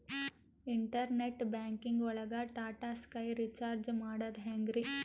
Internet banking ಒಳಗ್ Tata sky recharge ಮಾಡದ್ ಹೆಂಗ್ರೀ?